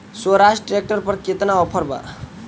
Swaraj tractor पर केतना offer बा?